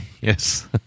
Yes